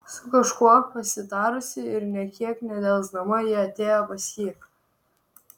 su kažkuo pasitarusi ir nė kiek nedelsdama ji atėjo pas jį